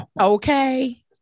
okay